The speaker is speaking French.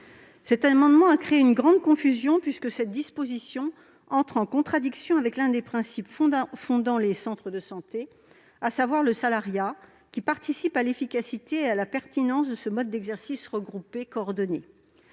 Cela a créé une grande confusion, car cette disposition entrait en contradiction avec l'un des principes fondant l'activité des centres de santé, à savoir le salariat, qui participe de l'efficacité et de la pertinence de ce mode d'exercice regroupé et coordonné.